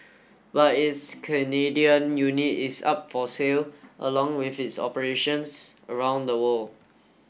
but its Canadian unit is up for sale along with its operations around the world